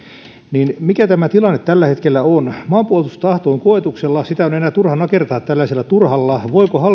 niin mikä tämä tilanne tällä hetkellä on maapuolustustahto on koetuksella sitä on enää turha nakertaa tällaisella turhalla